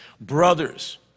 Brothers